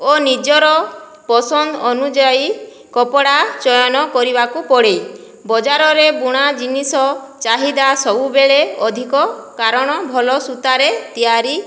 ଓ ନିଜର ପସନ୍ଦ ଅନୁଯାୟୀ କପଡ଼ା ଚୟନ କରିବାକୁ ପଡ଼େ ବଜାରରେ ବୁଣା ଜିନିଷ ଚାହିଦା ସବୁବେଳେ ଅଧିକ କାରଣ ଭଲ ସୂତାରେ ତିଆରି